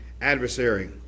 adversary